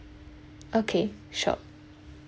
okay sure